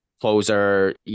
closer